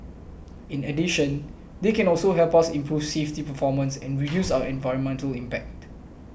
in addition they can also help us improve safety performance and reduce our environmental impact